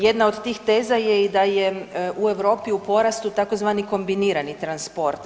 Jedna od tih teza je i da je u Europi u porastu tzv. kombinirani transport.